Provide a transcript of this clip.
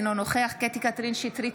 אינו נוכח קטי קטרין שטרית,